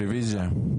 רביזיה.